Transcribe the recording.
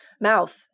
mouth